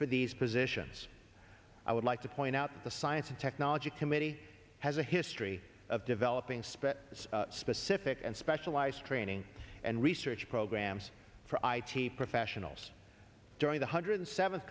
for these positions i would like to point out the science and technology committee has a history of developing spirit specific and specialized training and research programs for i t professionals during the hundred seven